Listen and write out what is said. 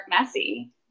messy